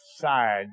side